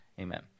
Amen